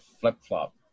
flip-flop